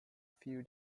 few